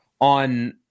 On